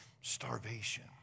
starvation